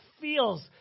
feels